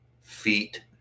feet